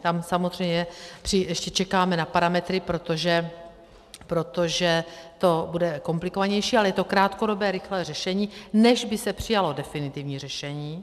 Tam samozřejmě ještě čekáme na parametry, protože to bude komplikovanější, ale je to krátkodobé rychlé řešení, než by se přijalo definitivní řešení.